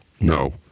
No